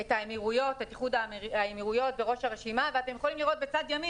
את איחוד האמירויות בראש הרשימה ואתם יכולים לראות בצד ימין